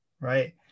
right